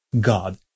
God